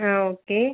ஆ okay